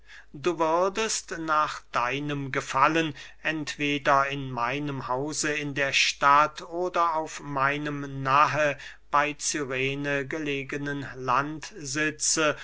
du würdest nach deinem gefallen entweder in meinem hause in der stadt oder auf meinem nahe bey cyrene gelegenen